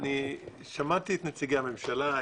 שמעתי את נציגי הממשלה,